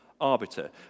arbiter